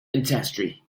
ancestry